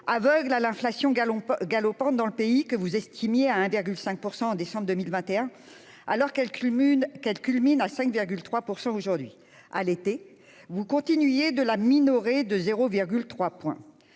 aveugle à l'inflation galopante dans le pays ; vous en estimiez le taux à 1,5 % en décembre 2021, alors qu'il culmine à 5,3 % aujourd'hui. L'été venu, vous continuiez de le minorer de 0,3